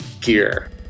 gear